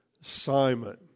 Simon